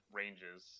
ranges